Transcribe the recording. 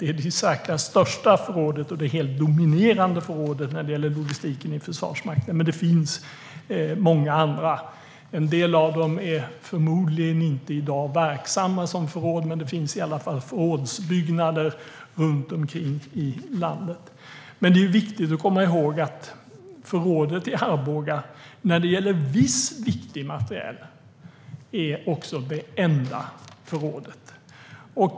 Det är det i särklass största förrådet och det helt dominerande förrådet när det gäller logistiken i Försvarsmakten, men det finns många andra. En del av dem används förmodligen inte som förråd i dag, men det finns förrådsbyggnader runt omkring i landet. Det är dock viktigt att komma ihåg att förrådet i Arboga är det enda förrådet när det gäller viss viktig materiel.